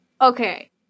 Okay